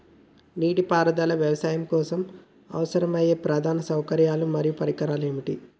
నీటిపారుదల వ్యవసాయం కోసం అవసరమయ్యే ప్రధాన సౌకర్యాలు మరియు పరికరాలు ఏమిటి?